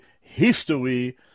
history